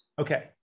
okay